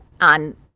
on